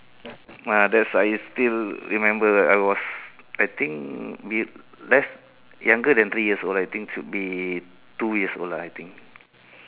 !wah! that's I still remember ah I was I think we bel~ less younger than three years old I think should be two years old lah I think